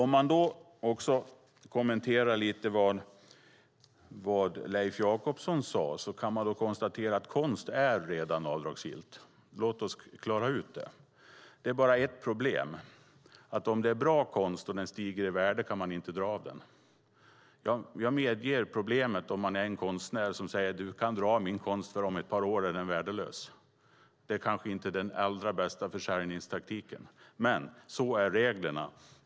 Jag ska också kommentera lite grann det som Leif Jakobsson sade. Jag kan konstatera att konst redan är avdragsgill. Låt oss klara ut det. Det finns bara ett problem, nämligen att om det är bra konst och den stiger i värde kan den inte dras av. Jag medger att det finns ett problem. Om man är konstnär och säger att kunden kan dra av konsten, för om ett par år är den värdelös, är det kanske inte den allra bästa försäljningstaktiken. Men sådana är reglerna.